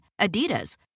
Adidas